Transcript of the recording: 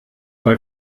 bei